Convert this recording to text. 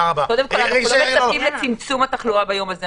אנחנו לא מתנגדים לצמצום התחלואה ביום הזה,